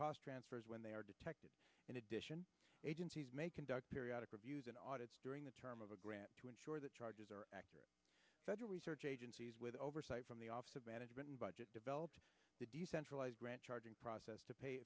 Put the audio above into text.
cost transfers when they are detected in addition agencies may conduct periodic reviews and audits during the term of a grant to ensure the charges are accurate federal research agencies with oversight from the office of management and budget developed the decentralized grant charging process to pay